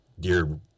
Dear